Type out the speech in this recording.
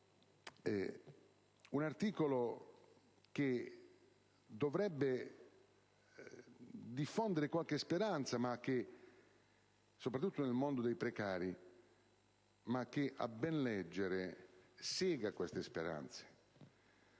un articolo che dovrebbe diffondere qualche speranza soprattutto nel mondo dei precari, ma che a ben leggere sega queste speranze.